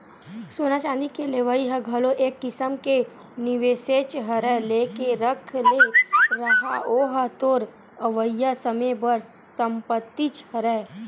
सोना चांदी के लेवई ह घलो एक किसम के निवेसेच हरय लेके रख ले रहा ओहा तोर अवइया समे बर संपत्तिच हरय